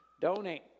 Donate